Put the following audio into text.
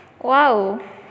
Wow